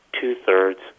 two-thirds